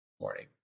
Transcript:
morning